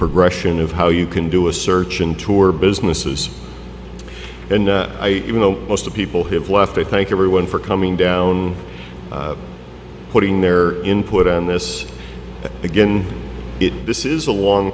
progression of how you can do a search and tour businesses and i even though most people have left i thank everyone for coming down putting their input on this again it this is a long